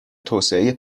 توسعه